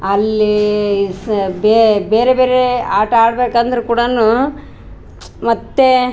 ಅಲ್ಲಿ ಇಸ್ ಬೇರೆ ಬೇರೆ ಆಟ ಆಡ್ಬೇಕಂದರೂ ಕೂಡನು ಮತ್ತು